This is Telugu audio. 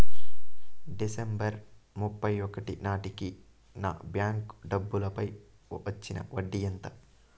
డిసెంబరు ముప్పై ఒకటి నాటేకి నా బ్యాంకు డబ్బుల పై వచ్చిన వడ్డీ ఎంత?